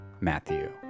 Matthew